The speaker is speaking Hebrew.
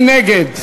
מי נגד?